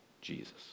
Jesus